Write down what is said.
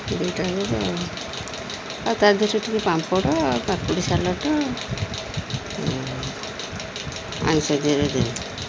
ଦୁଇଟା ଦେବ ଆଉ ତା' ଦେହରେ ଟିକେ ପାମ୍ପଡ଼ କାକୁଡ଼ି ସାଲାଡ଼ ଆମିଷ ଦେହରେ ଦେବେ